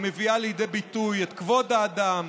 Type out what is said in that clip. שמביאה לידי ביטוי את כבוד האדם,